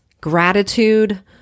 gratitude